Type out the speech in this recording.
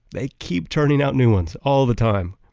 they keep turning out new ones all the time.